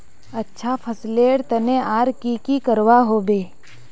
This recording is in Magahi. अच्छा फसलेर तने आर की की करवा होबे?